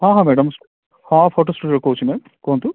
ହଁ ହଁ ମ୍ୟାଡ଼ାମ୍ ହଁ ଫଟୋ କହୁଛି ମ୍ୟାମ୍ କୁହନ୍ତୁ